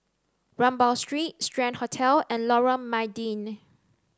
Rambau Street Strand Hotel and Lorong Mydin